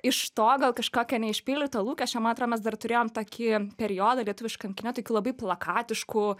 iš to gal kažkokio neišpildyto lūkesčio man atrodo mes dar turėjom tokį periodą lietuviškam kine tokį labai plakatiškų